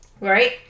Right